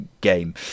game